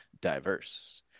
diverse